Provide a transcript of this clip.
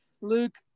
Luke